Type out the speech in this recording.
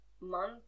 month